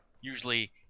usually